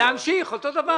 נכון, להמשיך אותו דבר.